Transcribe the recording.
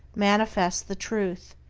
manifests the truth.